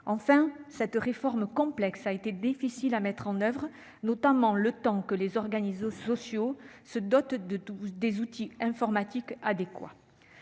Enfin, cette réforme complexe a été difficile à mettre en oeuvre, le temps que les organismes sociaux se dotent des outils informatiques adéquats.